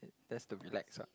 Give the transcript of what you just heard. that's to relax what